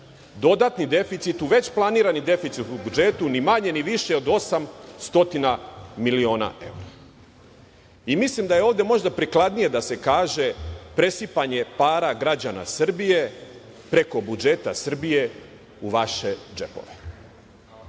dodatni deficit u već planirani deficit u budžetu, ni manje, ni više od 800 miliona evra. Mislim da je ovde možda prikladnije da se kaže – presipanje para građana Srbije preko budžeta Srbije u vaše džepove. Evo